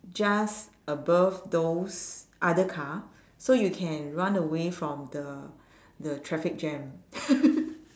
just above those other car so you can run away from the the traffic jam